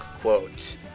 quote